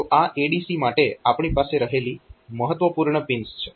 તો આ ADC માટે આપણી પાસે રહેલી મહત્વપૂર્ણ પિન્સ છે